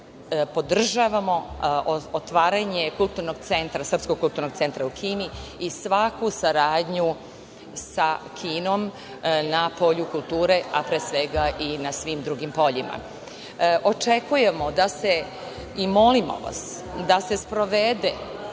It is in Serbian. Podržavamo otvaranje Srpskog kulturnog centra u Kini i svaku saradnju sa Kinom na polju kulture, a pre svega i na svim drugim poljima. Očekujemo da se i molim vas da se sprovedu